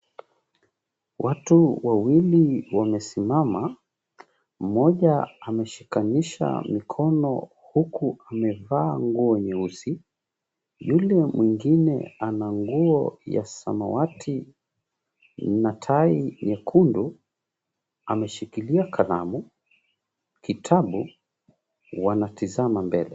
Watu wawili wamesimama, ameshikanisha mikono huku amevaa nguo nyeusi, yule mwengine ana nguo ya samawati na tai nyekundu, ameshikilia kalamu, kitabu, wanatizama mbele.